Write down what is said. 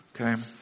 Okay